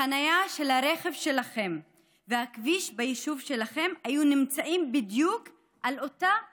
החניה של הרכב שלכם והכביש ביישוב שלכם היו נמצאים בדיוק על אותה נקודה,